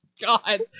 god